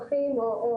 או קוראים להם מתמחים,